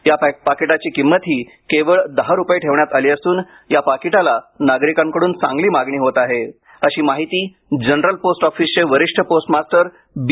या पाकिटाची किंमतही केवळ दहा रूपये ठेवण्यात आली असून या पाकिटाला नागरिकांकडून चांगली मागणी आहे अशी माहिती जनरल पोस्ट ऑफीसचे वरिष्ठ पोस्टमास्तर बी